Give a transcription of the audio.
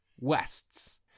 Wests